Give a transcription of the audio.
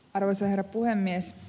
arvoisa herra puhemies